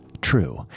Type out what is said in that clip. True